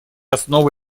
основа